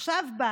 עכשיו בא